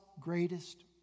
greatest